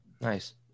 Nice